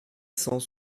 cent